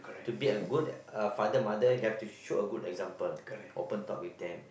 to be a good a father mother you have a to showed a good example open talk with them